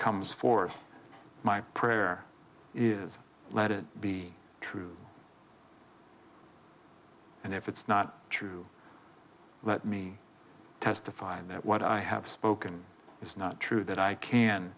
comes forth my prayer is let it be true and if it's not true let me testify that what i have spoken is not true that i can